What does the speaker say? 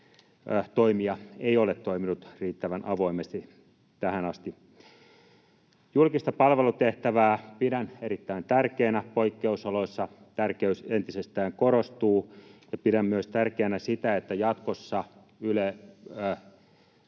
toimija ei ole toiminut riittävän avoimesti tähän asti. Julkista palvelutehtävää pidän erittäin tärkeänä, ja poikkeusoloissa tärkeys entisestään korostuu. Pidän myös tärkeänä sitä, että jatkossa Yle